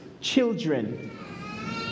children